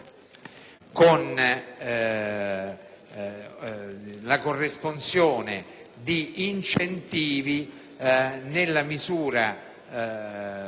la corresponsione di incentivi nella misura